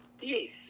yes